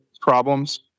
problems